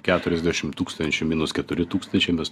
keturiasdešim tūkstančių minus keturi tūkstančiai mes